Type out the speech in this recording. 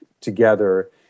together